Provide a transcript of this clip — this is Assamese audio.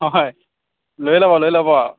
অ হয় লৈ ল'ব লৈ ল'ব আৰু